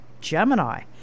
Gemini